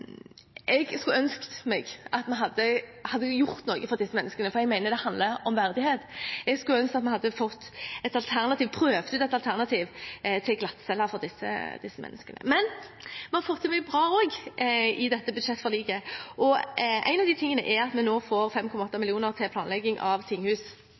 Jeg skulle ønske at vi hadde gjort noe for disse menneskene, for jeg mener at det handler om verdighet. Jeg skulle ønske at vi hadde prøvd ut et alternativ til glattcelle for disse menneskene. Men vi har fått til mye bra i dette budsjettforliket. Én av de tingene er at vi nå får 5,8 mill. kr til planlegging av tinghus